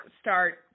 start